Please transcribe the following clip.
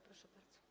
Proszę bardzo.